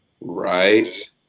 right